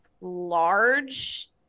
large